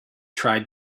tried